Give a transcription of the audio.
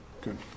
good